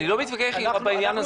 אני לא מתווכח איתך בעניין הזה,